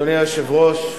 אדוני היושב-ראש,